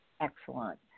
Excellent